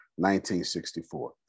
1964